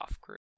group